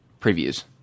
previews